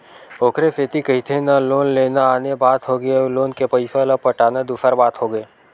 ओखरे सेती कहिथे ना लोन लेना आने बात होगे अउ लोन के पइसा ल पटाना दूसर बात होगे